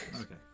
Okay